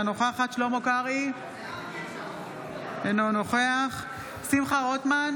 אינה נוכחת שלמה קרעי, אינו נוכח שמחה רוטמן,